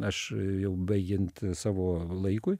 aš jau baigiant savo laikui